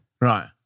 Right